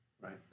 right